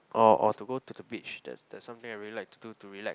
or or to go to the beach that's that's something I really like to do to relax